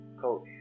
coach